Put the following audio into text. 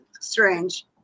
strange